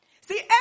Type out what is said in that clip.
See